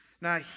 Now